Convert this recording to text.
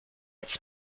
its